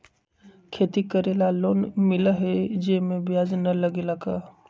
खेती करे ला लोन मिलहई जे में ब्याज न लगेला का?